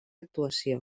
actuació